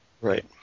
Right